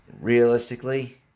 realistically